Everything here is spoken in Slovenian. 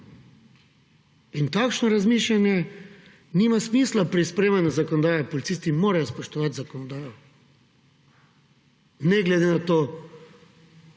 In takšno razmišljanje nima smisla pri sprejemanju zakonodaje. Policisti morajo spoštovati zakonodajo ne glede na to,